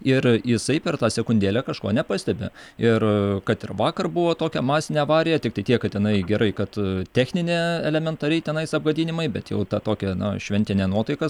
ir jisai per tą sekundėlę kažko nepastebi ir kad ir vakar buvo tokia masinė avarija tiktai tiek kad jinai gerai kad techninė elementariai tenais apgadinimai bet jau ta tokia na šventinė nuotaika